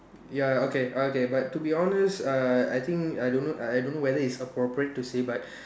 ya okay okay but to be honest uh I think I don't know I don't know whether it's appropriate to say but